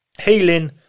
healing